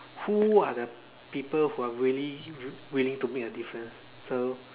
who are the people who are really willing to make a difference so